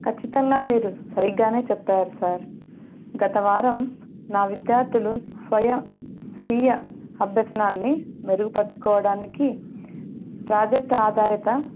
ఖచ్చితంగా మీరు సరిగ్గానే చెప్పారు సార్ గతవారం నా విద్యార్థులు స్వయ సీయ అభ్యసనాన్ని మెరుగుపరుచుకోవడానికి ప్రాజెక్ట్ ఆధారిత